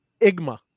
Igma